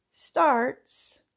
starts